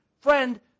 Friend